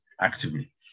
actively